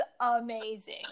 amazing